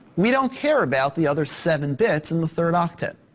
we don't care about the other seven bits. and the third octet.